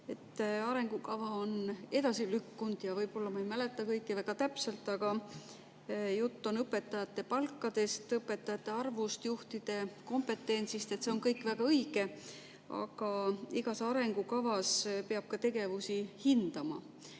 Arengukava on edasi lükkunud ja võib-olla ma ei mäleta kõike väga täpselt. Jutt on õpetajate palkadest, õpetajate arvust, juhtide kompetentsist. See kõik on väga õige, aga igas arengukavas peab ka tegevusi hindama.